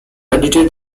edited